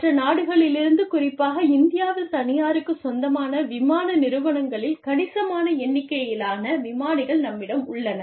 மற்ற நாடுகளிலிருந்து குறிப்பாக இந்தியாவில் தனியாருக்குச் சொந்தமான விமான நிறுவனங்களில் கணிசமான எண்ணிக்கையிலான விமானிகள் நம்மிடம் உள்ளனர்